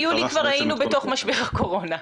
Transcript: ביולי כבר היינו בתוך משבר הקורונה.